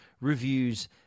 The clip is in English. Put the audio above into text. reviews